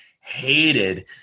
hated